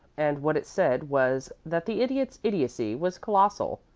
and what it said was that the idiot's idiocy was colossal,